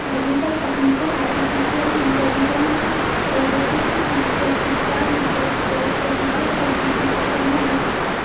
digital तकनीकों artificial intelligence, robotics, sensor, संचार network को एकीकृत करने की प्रक्रिया है